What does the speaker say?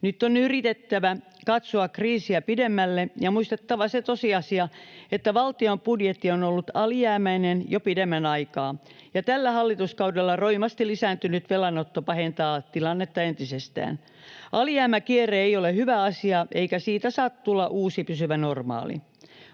Nyt on yritettävä katsoa kriisiä pidemmälle ja muistettava se tosiasia, että valtion budjetti on ollut alijäämäinen jo pidemmän aikaa, ja tällä hallituskaudella roimasti lisääntynyt velanotto pahentaa tilannetta entisestään. Alijäämäkierre ei ole hyvä asia, eikä siitä saa tulla uusi pysyvä normaali.